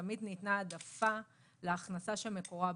תמיד ניתנה העדפה להכנסה שמקורה בעבודה.